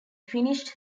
finished